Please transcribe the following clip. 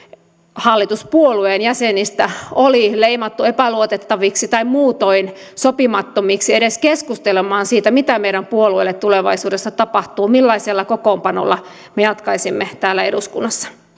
hallituspuolueen jäsenistä oli leimattu epäluotettaviksi tai muutoin sopimattomiksi edes keskustelemaan siitä mitä meidän puolueellemme tulevaisuudessa tapahtuu millaisella kokoonpanolla me jatkaisimme täällä eduskunnassa